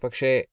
പക്ഷേ